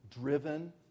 driven